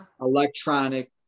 electronic